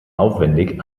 aufwendig